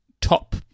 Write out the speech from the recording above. top